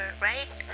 right